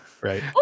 Right